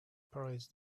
parades